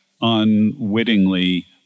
unwittingly